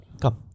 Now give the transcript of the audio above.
come